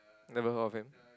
never heard of him